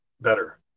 better